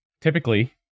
typically